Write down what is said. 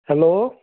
hello